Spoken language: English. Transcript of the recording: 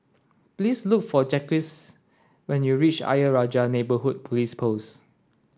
please look for Jacquez when you reach Ayer Rajah Neighbourhood Police Post